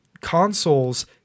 consoles